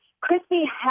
Christy